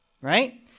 right